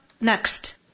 next